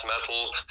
metal